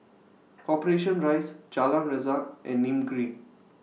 Corporation Rise Jalan Resak and Nim Green